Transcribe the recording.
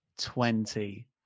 twenty